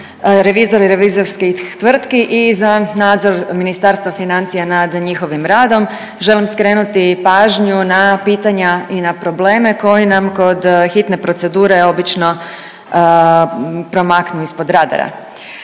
revizora i revizorskih tvrtki i za nadzor Ministarstva financija nad njihovim radom. Želim skrenuti pažnju na pitanja i na probleme koji nam kod hitne procedure obično promaknu ispod radara.